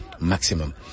maximum